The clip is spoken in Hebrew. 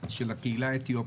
של הקהילה האתיופית,